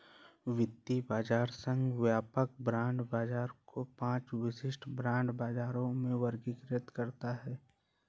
वित्तीय बाजार संघ व्यापक बांड बाजार को पांच विशिष्ट बांड बाजारों में वर्गीकृत करता है